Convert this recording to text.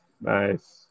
Nice